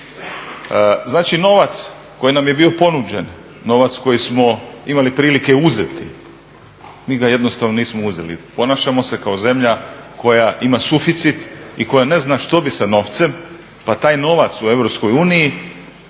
Znači, novac koji nam je bio ponuđen, novac koji smo imali prilike uzeti mi ga jednostavno nismo uzeli. Ponašamo se kao zemlja koja ima suficit i koja ne zna što bi sa novcem pa taj novac u EU